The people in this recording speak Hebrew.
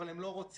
אבל הם לא רוצים,